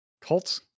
cults